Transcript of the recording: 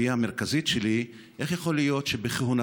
והיא המרכזית שלי: איך יכול להיות שבכהונתך,